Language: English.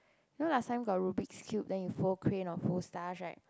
no lah last time got rubric cubes you fold cranks or stars right